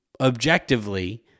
objectively